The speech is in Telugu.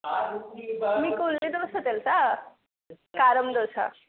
మీకు ఉల్లి దోశ తెలుసా కారం దోశ